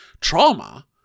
trauma